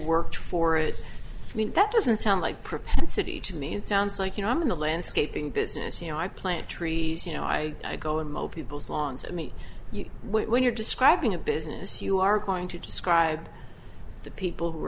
worked for it that doesn't sound like propensity to me it sounds like you know i'm in the landscaping business you know i plant trees you know i go in most people's lawns i meet you when you're describing a business you are going to describe the people who are